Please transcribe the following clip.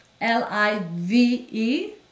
L-I-V-E